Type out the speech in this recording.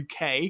UK